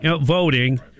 voting